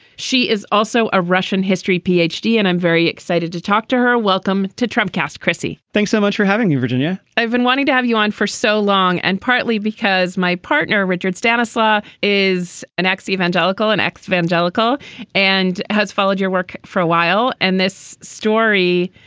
she is also a russian history p h d, and i'm very excited to talk to her. welcome to trump cast, chrissy. thanks so much for having me. virginia, i've been wanting to have you on for so long and partly because my partner richard stanislaw is an evangelical and ex evangelical and has followed your work for a while. and this story,